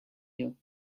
you